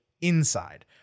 inside